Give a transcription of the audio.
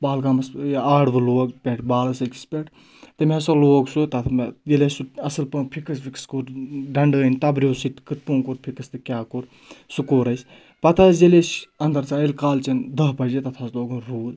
پہَلگامَس یا آڈوٕ لوگ پؠٹھ بالَس أکِس پؠٹھ تٔمۍ ہَسا لوگ سُہ تَتھ منٛز ییٚلہِ اَسہِ سُہ اَصٕل پٲٹھۍ فِکٕس وِکٕس کوٚر ڈَنٛڈٕ ٲنۍ تَبرِیٚو سۭتۍ کِتھ پٲٹھۍ فِکٕس تہٕ کیاہ کوٚر سُہ کوٚر اَسہِ پَتہٕ حظ ییٚلہِ أسۍ اَندَر ژا ییٚلہِ کالچؠن دَہ بَجے تَتھ حظ لوگُن روٗد